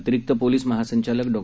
अतिरिक्त पोलिस महासंचालक डॉ